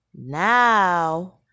Now